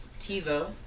TiVo